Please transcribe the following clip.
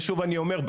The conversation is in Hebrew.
ושוב אני אומר,